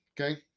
okay